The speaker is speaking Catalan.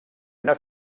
una